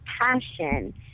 passion